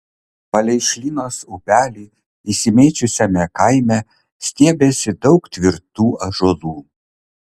palei šlynos upelį išsimėčiusiame kaime stiebėsi daug tvirtų ąžuolų